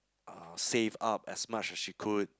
save up as much as she could